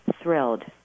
thrilled